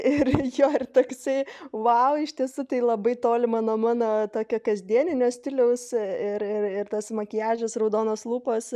ir jo ir taksai vau iš tiesų tai labai tolima nuo mano tokio kasdieninio stiliaus ir ir ir tas makiažas raudonos lūpos